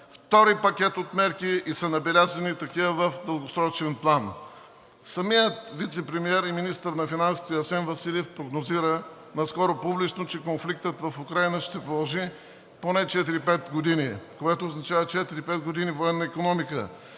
втори пакет от мерки и се набелязват такива в дългосрочен план. Самият вицепремиер и министър на финансите Асен Василев прогнозира наскоро публично, че конфликтът в Украйна ще продължи поне 4 – 5 години, което означава 4 – 5 години военна икономика,